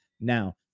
Now